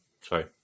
sorry